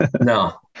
No